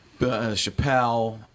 Chappelle